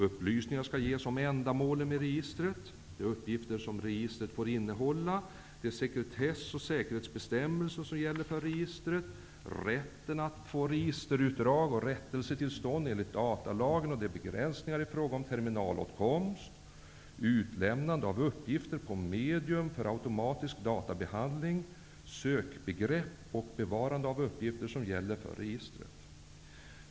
Upplysningar skall ges om ändamålen med registret, de uppgifter som registret får innehålla, de sekretess och säkerhetsbestämmelser som gäller för registret, rätten att få registerutdrag och rättelse till stånd enligt datalagen samt de begränsningar i fråga om terminalåtkomst, utlämnande av uppgifter på medium för automatisk databehandling, sökbegrepp och bevarande av uppgifter som gäller för registret.